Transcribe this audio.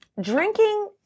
drinking